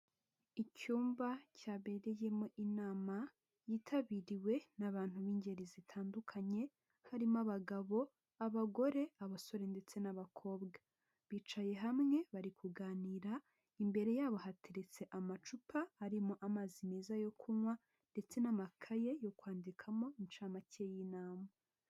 Icyumba cyabereyemo inama yitabiriwe n'abantu b'ingeri zitandukanye, harimo abagabo, abagore, abasore ndetse n'abakobwa, bicaye hamwe bari kuganira imbere yabo hateretse amacupa arimo amazi meza yo kunywa ndetse n'amakaye yo kwandikamo incamake y'inama.